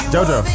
Jojo